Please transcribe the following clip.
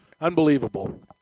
Unbelievable